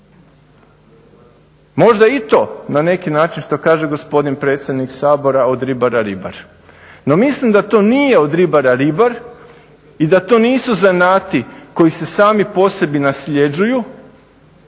Možda i to na neki način, šta kaže gospodin predsjednik sabora "Od ribara ribar". No, mislim da to nije "Od ribara ribar" i da to nisu zanati koji se sami po sebi nasljeđuju,